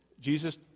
Jesus